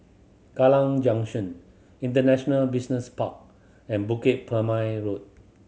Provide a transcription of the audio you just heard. Kallang Junction International Business Park and Bukit Purmei Road